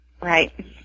Right